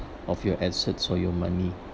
of your assets or your money